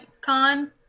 Con